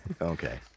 Okay